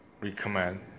recommend